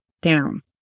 down